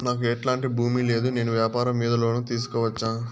నాకు ఎట్లాంటి భూమి లేదు నేను వ్యాపారం మీద లోను తీసుకోవచ్చా?